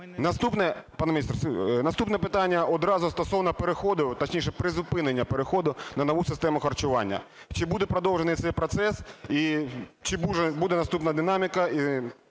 наступне питання одразу стосовно переходу, точніше призупинення переходу, на нову систему харчування. Чи буде продовжений цей процес, і чи буде наступна динаміка,